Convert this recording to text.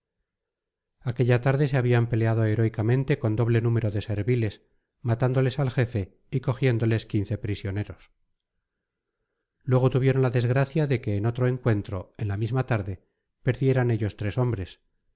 aquella tarde se habían peleado heroicamente con doble número de serviles matándoles al jefe y cogiéndoles quince prisioneros luego tuvieron la desgracia de que en otro encuentro en la misma tarde perdieran ellos tres hombres